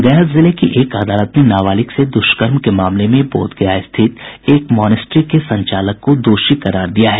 गया जिले की एक अदालत ने नाबालिग से दुष्कर्म के मामले में बोधगया स्थित एक मॉनेस्ट्री के संचालक को दोषी करार दिया है